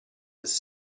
his